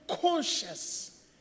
conscious